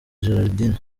gerardine